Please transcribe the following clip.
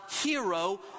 hero